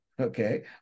okay